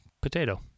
potato